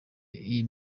iyi